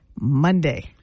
Monday